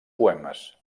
poemes